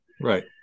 Right